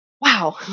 wow